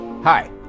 Hi